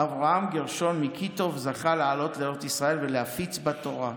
אברהם גרשון מקיטוב זכה לעלות לארץ ישראל ולהפיץ בה תורה.